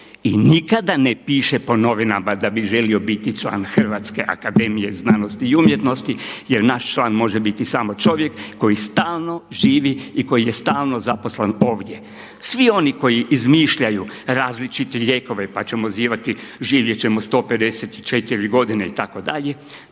I nikada ne piše po novinama da bi želio biti član HAZU jer naš član može biti samo čovjek koji stalno živi i koji je stalno zaposlen ovdje. Svi oni koji izmišljaju različite lijekove, pa ćemo živjeti 154 godine itd.,